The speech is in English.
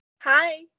hi